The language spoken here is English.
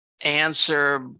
answer